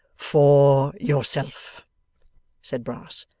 for yourself said brass.